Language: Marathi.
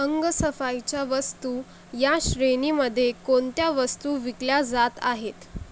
अंगसफाईच्या वस्तू या श्रेणीमध्ये कोणत्या वस्तू विकल्या जात आहेत